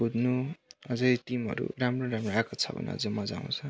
कुद्नु अझै टिमहरू राम्रो राम्रो आएको छ भने अझै मज्जा आउँछ